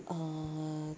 uh